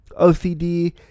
OCD